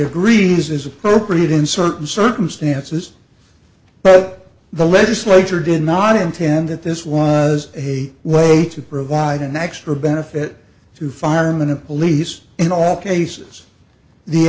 agrees is appropriate in certain circumstances but the legislature did not intend that this was a way to provide an extra benefit to firemen and police in all cases the